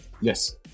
Yes